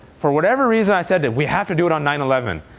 for whatever reason, i said that we have to do it on nine eleven.